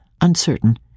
uncertain